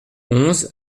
onze